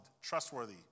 trustworthy